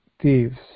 thieves